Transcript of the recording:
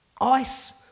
ice